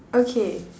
okay